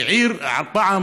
פעם,